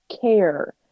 care